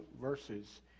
verses